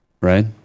right